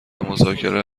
مذاکره